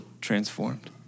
transformed